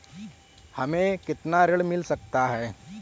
हमें कितना ऋण मिल सकता है?